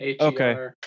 Okay